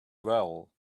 well